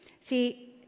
See